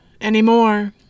anymore